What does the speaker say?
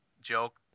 joke